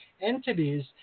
entities